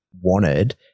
wanted